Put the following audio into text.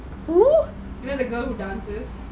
who